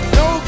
no